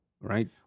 Right